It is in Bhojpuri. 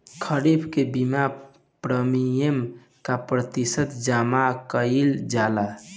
खरीफ के बीमा प्रमिएम क प्रतिशत जमा कयील जाला?